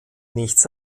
nichts